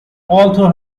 although